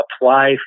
apply